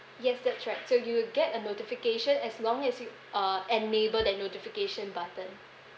yes that's right so you will get a notification as long as you uh enable that notification button